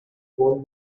won